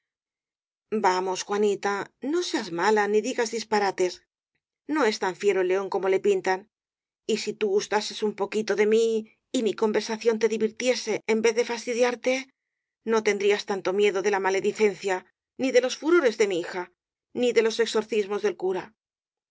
vamos juanita no seas mala ni digas dispa rates no es tan fiero el león como le pintan y si tu gustases un poquito de mí y mi conversación te divirtiese en vez de fastidiarte no tendrías tanto miedo de la maledicencia ni de los furores de mi hija ni de los exorcismos del cura